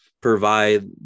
provide